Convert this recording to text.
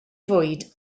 fwyd